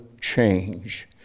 change